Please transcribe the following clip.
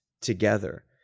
together